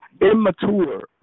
Immature